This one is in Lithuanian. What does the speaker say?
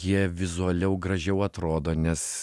jie vizualiai gražiau atrodo nes